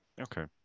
Okay